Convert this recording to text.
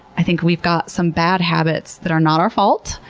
i think we've got some bad habits, that are not our fault,